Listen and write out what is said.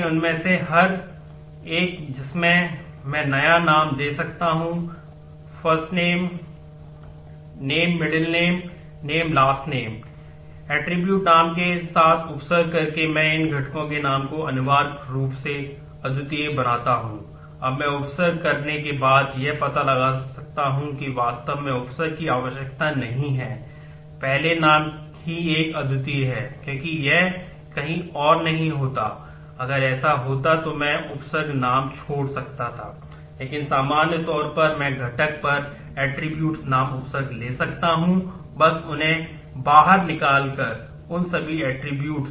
इसलिए उनमें से हर एक जिसे मैं नया नाम दे सकता हूं name first name name middle initial name last name